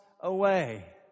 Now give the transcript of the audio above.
away